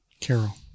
Carol